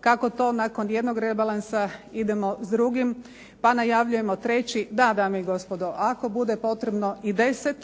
kako to nakon jednog rebalansa idemo s drugim pa najavljujemo treći. Da, dame i gospodo, ako bude potrebno i 10,